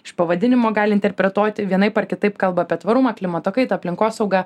iš pavadinimo gali interpretuoti vienaip ar kitaip kalba apie tvarumą klimato kaitą aplinkosaugą